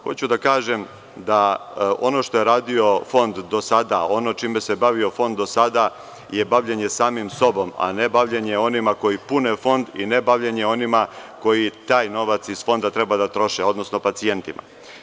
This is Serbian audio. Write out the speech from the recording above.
Hoću da kažem da ono što je radio Fond do sada, ono čime se bavio Fond do sada je bavljenje samim sobom, a ne bavljenje onima koji pune Fond i ne bavljenje onima koji taj novac iz Fonda treba da troše, odnosno pacijentima.